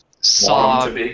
Saw